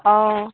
অঁ